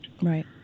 right